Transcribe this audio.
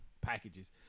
packages